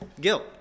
guilt